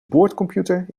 boordcomputer